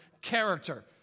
character